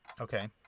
Okay